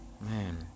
man